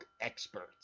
experts